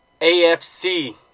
AFC